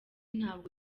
ntabwo